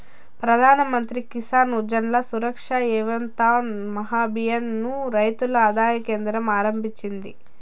ప్రధాన్ మంత్రి కిసాన్ ఊర్జా సురక్ష ఏవం ఉత్థాన్ మహాభియాన్ ను రైతుల ఆదాయాన్ని కేంద్రం ఆరంభించింది